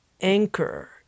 anchor